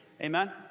Amen